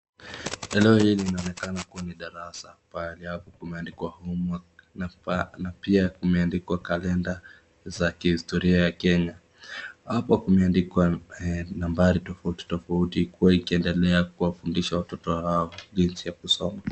Yanayoonekana kuwa ni darasa ambapo kumeandikwa homework na pia kumeandikwa calendar za kihistoria ya kenya hapa kumendikwa nambari tofautitofauti wakiendelea kuwafundisha watoto hawa jinsi ya kusoma.